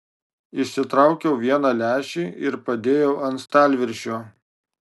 išsitraukiau vieną lęšį ir padėjau ant stalviršio